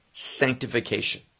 Sanctification